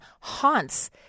haunts